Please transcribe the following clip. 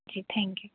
ji thank you